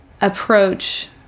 approach